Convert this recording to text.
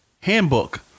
handbook